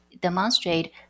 demonstrate